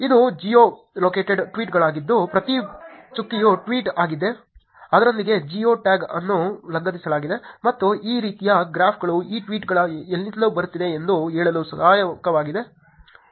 ಇದು geo located ಟ್ವೀಟ್ಗಳಾಗಿದ್ದು ಪ್ರತಿ ಚುಕ್ಕೆಯು ಟ್ವೀಟ್ ಆಗಿದ್ದು ಅದರೊಂದಿಗೆ ಜಿಯೋ ಟ್ಯಾಗ್ ಅನ್ನು ಲಗತ್ತಿಸಲಾಗಿದೆ ಮತ್ತು ಈ ರೀತಿಯ ಗ್ರಾಫ್ಗಳು ಈ ಟ್ವೀಟ್ಗಳು ಎಲ್ಲಿಂದ ಬರುತ್ತಿವೆ ಎಂದು ಹೇಳಲು ಸಹಾಯಕವಾಗಬಹುದು